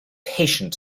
patient